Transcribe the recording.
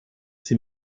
sie